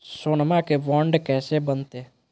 सोनमा के बॉन्ड कैसे बनते?